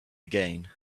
again